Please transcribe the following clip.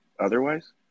otherwise